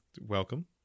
welcome